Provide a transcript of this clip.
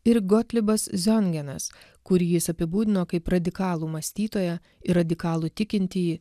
ir gotlibas ziongenas kurį jis apibūdino kaip radikalų mąstytoją ir radikalų tikintįjį